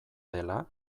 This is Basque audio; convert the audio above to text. dela